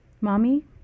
Mommy